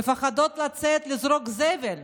מפחדות לצאת לזרוק זבל,